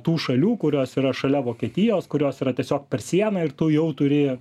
tų šalių kurios yra šalia vokietijos kurios yra tiesiog per sieną ir tu jau turi